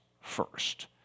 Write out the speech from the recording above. first